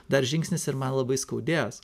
dar žingsnis ir man labai skaudės